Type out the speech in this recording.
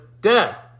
dead